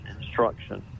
instruction